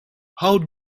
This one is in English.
how